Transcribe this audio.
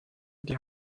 die